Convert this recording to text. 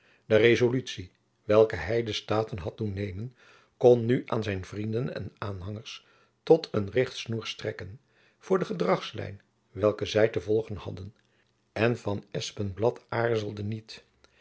de rezolutie welke hy de staten had doen nemen kon nu aan zijn vrienden en aanhangers tot een richtsnoer strekken voor de gedragslijn welke zy te volgen hadden en van espenblad aarzelde niet